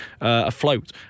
afloat